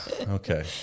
Okay